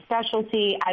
specialty